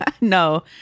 No